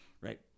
Right